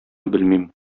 белмим